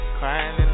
crying